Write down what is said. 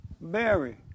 Mary